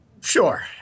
sure